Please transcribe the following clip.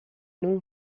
non